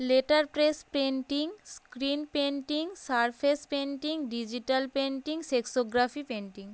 letter press printing screen printing surface printing digital printing flexography painting